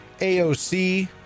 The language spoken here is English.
AOC